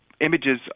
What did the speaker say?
Images